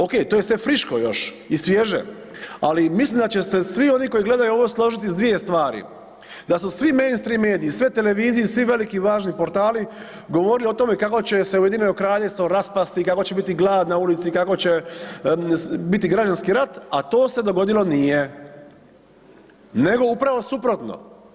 Okej, to je sve friško još i svježe, ali mislim da će se svi oni koji gledaju ovo složiti s dvije stvari, da su svi mainstream mediji, sve televizije, svi veliki i važni portali govorili o tome kako će se Ujedinjeno Kraljevstvo raspasti, kako će biti glad na ulici, kako će biti građanski rat, a to se dogodilo nije, nego upravo suprotno.